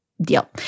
deal